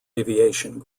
aviation